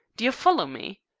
d'ye follow me?